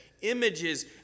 images